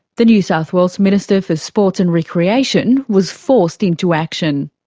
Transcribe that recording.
the new south wales minister for sport and recreation was forced into action.